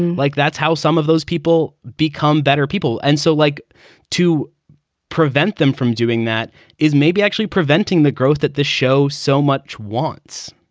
like that's how some of those people become better people and so like to prevent them from doing that is maybe actually preventing the growth at the show. so much wants